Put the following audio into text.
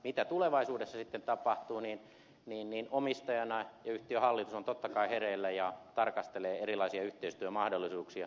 mitä tulevaisuudessa sitten tapahtuu niin omistaja ja yhtiön hallitus ovat totta kai hereillä ja tarkastelevat erilaisia yhteistyömahdollisuuksia